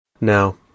Now